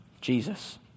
Jesus